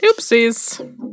Oopsies